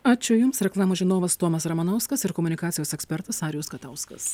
ačiū jums reklamos žinovas tomas ramanauskas ir komunikacijos ekspertas arijus katauskas